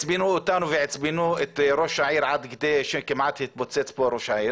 ועצבנו את ראש העיר עד שכמעט התפוצץ כאן,